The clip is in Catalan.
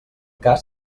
cas